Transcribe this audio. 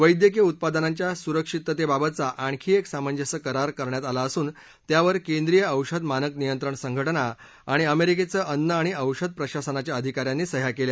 वैद्यकीय उत्पादनांच्या सुरक्षिततेबाबतचा आणखी एक सामंजस्य करार करण्यात आला असून त्यावर केंद्रीय औषध मानक नियंत्रण संघटना आणि अमेरिकेचं अन्न आणि औषध प्रशासनाच्या अधिकाऱ्यांनी त्यावर सह्या केल्या